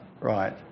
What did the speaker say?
Right